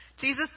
Jesus